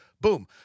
Boom